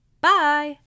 Bye